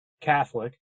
Catholic